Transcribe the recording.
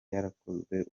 yarakozwe